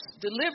deliver